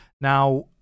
Now